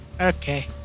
Okay